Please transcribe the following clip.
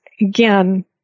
again